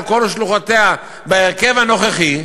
על כל שלוחותיה בהרכב הנוכחי,